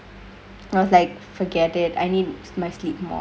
I was like forget it I need my sleep more